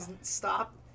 stop